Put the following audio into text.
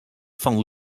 fan